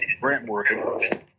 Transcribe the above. Brentwood